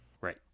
Right